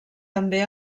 també